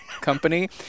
company